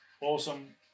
Awesome